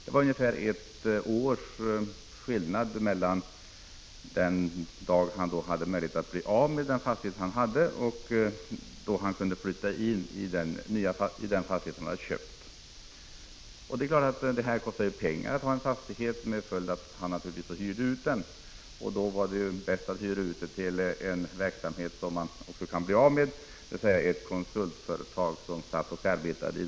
Det tog honom ungefär ett år att bli av med sin jordbruksfastighet så att han kunde flytta in i den fastighet han hade köpt. Det kostade förstås pengar att ha den nya fastigheten stående tom, varför han hyrde ut den till ett konsultföretag.